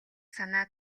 санаа